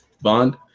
Bond